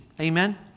amen